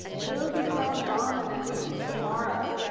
will become dominant tomorrow.